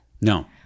No